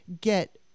get